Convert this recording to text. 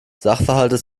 sachverhalte